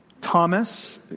Thomas